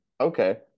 Okay